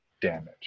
damage